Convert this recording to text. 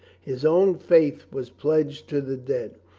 his own faith was pledged to the dead.